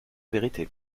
vérité